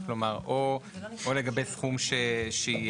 כלומר, או לגבי הסכום שהיא